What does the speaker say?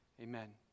Amen